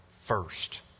first